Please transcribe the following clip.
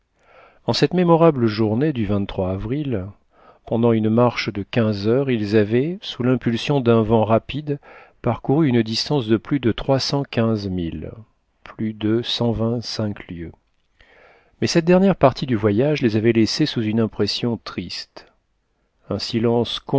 en cette mémorable journée du avril pendant une marche de quinze heures ils avaient sous l'impulsion d'un vent rapide parcouru une distance de plus de